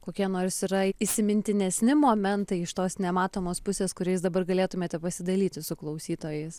kokie nors yra įsimintinesni momentai iš tos nematomos pusės kuriais dabar galėtumėte pasidalyti su klausytojais